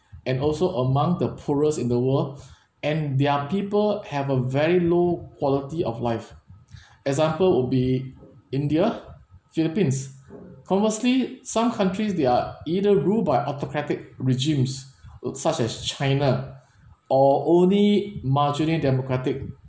and also among the poorest in the world and their people have a very low quality of life example would be india philippines conversely some countries they're either ruled by autocratic regimes ugh such as china or only marginally democratic